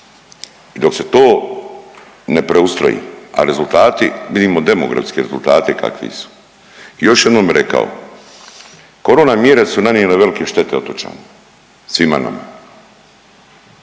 i dok se to ne preustroji, a rezultati, vidimo demografski rezultati kakvi su. I još jednom bi rekao, korona mjere su nanijele velike mjere otočanima, svima nama